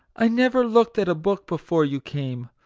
i never looked at a book before you came.